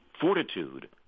fortitude